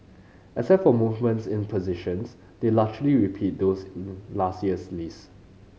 except for movements in positions they largely repeat those last year's list